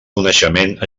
coneixement